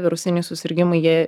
virusiniai susirgimai jie